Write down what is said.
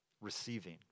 receiving